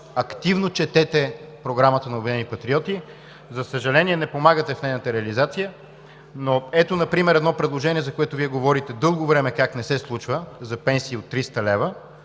активно четете Програмата на „Обединени патриоти“. За съжаление, не помагате в нейната реализация. Ето например едно предложение, за което Вие говорите дълго време, как не се случва – за пенсии от 300 лв.,